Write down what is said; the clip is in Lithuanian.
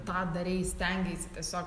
tą darei stengeisi tiesiog